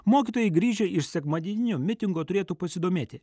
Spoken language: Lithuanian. mokytojai grįžę iš sekmadieninio mitingo turėtų pasidomėti